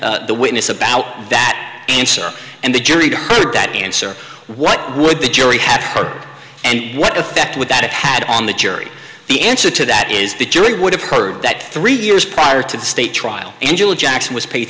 the witness about that answer and the jury heard that answer what would the jury have heard and what effect would that it had on the jury the answer to that is the jury would have heard that three years prior to the state trial angela jackson was paid